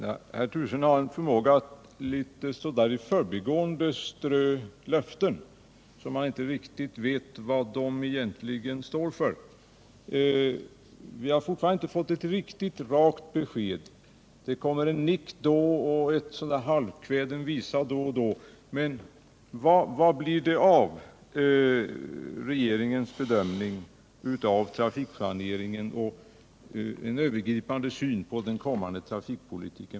Herr talman! Herr Turesson har en förmåga att så där litet i förbigående strö löften omkring sig som man inte riktigt vet vad de egentligen är värda. Vi har fortfarande inte fått något rakt besked —- det kommer en nick och en halvkväden visa — om vad det blir av regeringens bedömning av trafikplaneringen och om dess övergripande syn på den kommande trafikpolitiken.